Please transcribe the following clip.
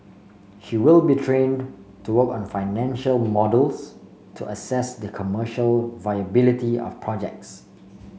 she will be trained to work on financial models to assess the commercial viability of projects